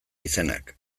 izenak